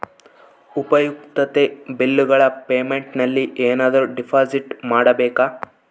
ಉಪಯುಕ್ತತೆ ಬಿಲ್ಲುಗಳ ಪೇಮೆಂಟ್ ನಲ್ಲಿ ಏನಾದರೂ ಡಿಪಾಸಿಟ್ ಮಾಡಬೇಕಾ?